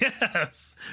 Yes